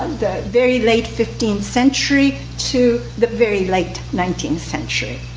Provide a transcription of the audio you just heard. the very late fifteenth century to the very late nineteenth century.